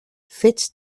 fets